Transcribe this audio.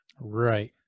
right